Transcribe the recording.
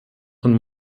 und